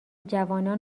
جوانان